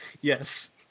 Yes